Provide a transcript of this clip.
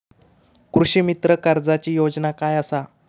कृषीमित्र कर्जाची योजना काय असा?